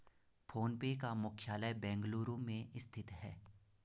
phone पे का मुख्यालय बेंगलुरु में स्थित है